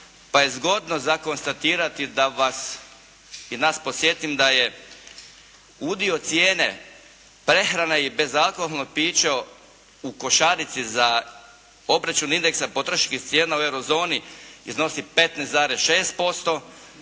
pa je zgodno za konstatirati da vas i nas podsjetim da je udio cijene prehrane i bezalkoholnog pića u košarici za obračun indexa potrošačkih cijena u euro zoni iznosi 15,6%,